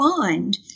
find